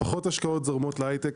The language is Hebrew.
פחות השקעות זורמות להייטק.